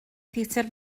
theatr